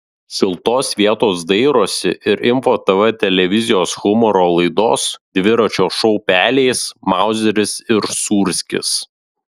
šiltos vietos dairosi ir info tv televizijos humoro laidos dviračio šou pelės mauzeris ir sūrskis